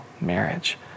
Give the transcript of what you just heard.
marriage